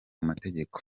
mategeko